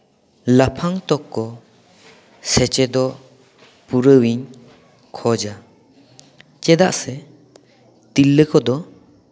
ᱞᱟᱯᱷᱟᱝ ᱛᱚᱠᱠᱚ ᱥᱮᱪᱮᱫᱚᱜ ᱯᱩᱨᱟᱹᱣ ᱤᱧ ᱠᱷᱚᱡᱽᱼᱟ ᱪᱮᱫᱟᱜ ᱥᱮ ᱛᱤᱨᱞᱟᱹ ᱠᱚᱫᱚ